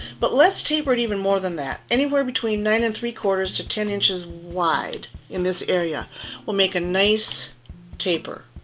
but let's taper it even more than that. anywhere between nine and three four to ten inches wide in this area will make a nice taper.